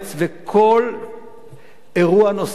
וכל אירוע נוסף,